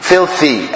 Filthy